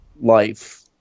life